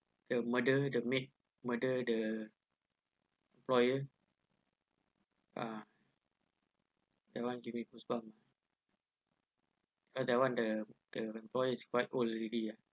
the murder the maid murder the lawyer ah that one give me goosebumps ah the one the the employees is quite old already ya